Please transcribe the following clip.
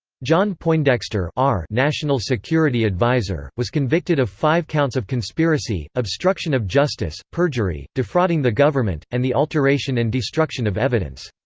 john poindexter national security advisor, was convicted of five counts of conspiracy, obstruction of justice, perjury, defrauding the government, and the alteration and destruction of evidence.